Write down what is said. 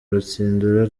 rutsindura